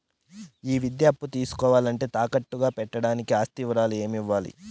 ఈ విద్యా అప్పు తీసుకోవాలంటే తాకట్టు గా పెట్టడానికి ఆస్తి వివరాలు ఏమేమి ఇవ్వాలి?